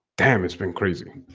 damn it's been crazy.